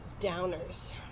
downers